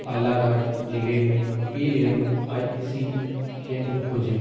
बालाघाट ज़िले में E M I C केंद्र खोजें